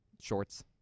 shorts